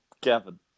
Kevin